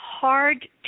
hard